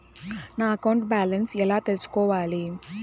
నా account balance ఎలా తెల్సుకోవాలి